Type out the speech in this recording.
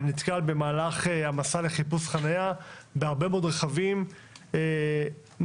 נתקל במהלך המסע לחיפוש חניה בהרבה מאוד רכבים נטושים